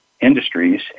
industries